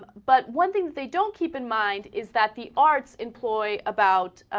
but one thing they don't keep in mind is that the arts employees about